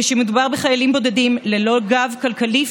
כשמדובר בחיילים בודדים ללא גב כלכלי,